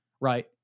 right